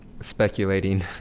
speculating